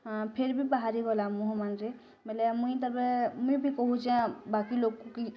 ହଁ ଫେର୍ ବି ବାହାରି ଗଲା ମୁହଁ ମାନ୍ ରେ ବେଲେ ମୁଇଁ ତେବେ ମୁଇଁ ବି କହୁଛେଁ ବାକି ଲୋକ୍ କି